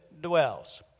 dwells